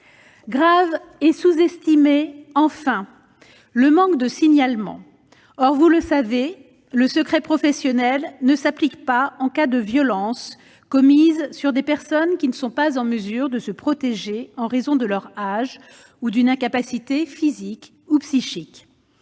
Grave et sous-estimé, enfin, le manque de signalement. Or, vous le savez, le secret professionnel ne s'applique pas en cas de violences commises sur des personnes qui ne sont pas en mesure de se protéger en raison de leur âge ou d'une incapacité physique ou psychique.